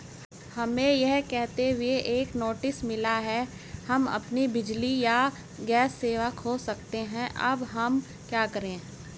हमें यह कहते हुए एक नोटिस मिला कि हम अपनी बिजली या गैस सेवा खो सकते हैं अब हम क्या करें?